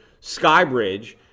Skybridge